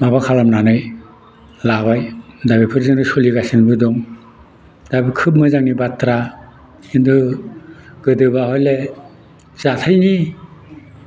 माबा खालामनानै लाबाय दा बेफोरजोंनो सोलिगासिनोबो दं दा खोब मोजांनि बाथ्रा किन्तु गोदोबा हले जाथायनि